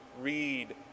read